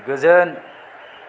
गोजोन